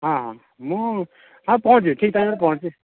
ହଁ ହଁ ମୁଁ ହଁ ପହଞ୍ଚିବି ଠିକ୍ ଟାଇମରେ ପହଞ୍ଚିବି